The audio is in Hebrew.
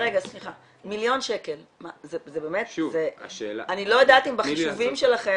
מיליון שקל זה באמת --- אני לא יודעת אם בחישובים שלכם